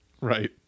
Right